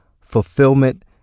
fulfillment